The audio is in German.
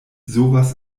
sowas